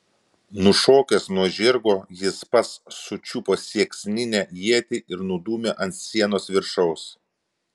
nušokęs nuo žirgo jis pats sučiupo sieksninę ietį ir nudūmė ant sienos viršaus